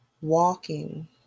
walking